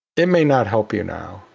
it may not help you now.